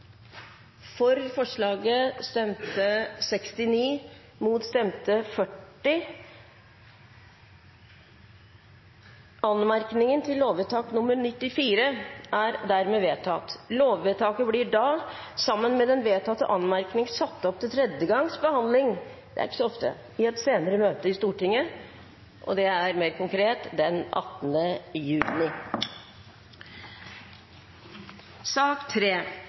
ledd.» Forslaget erstatter § 15-5 annet ledd i lovvedtak 103 for 2014–2015. Lovvedtaket blir, sammen med den vedtatte anmerkningen, satt opp til tredje gangs behandling i et senere møte i Stortinget. Det er også 18. juni.